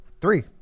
three